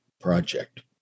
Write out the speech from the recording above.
project